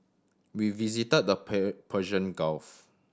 we visited the Persian Gulf